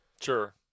Sure